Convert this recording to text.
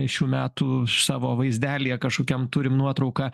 šių metų savo vaizdelyje kažkokiam turim nuotrauką